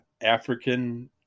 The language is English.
African